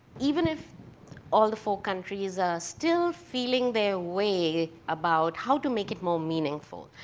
even if all the four countries are still feeling their way about how to make it more meaningful.